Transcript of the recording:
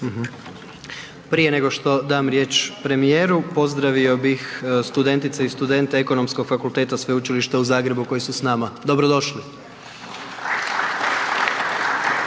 Prije nego što dam riječ premijeru pozdravio bih studentice i studente Ekonomskog fakulteta Sveučilišta u Zagrebu koji su nama. Dobrodošli.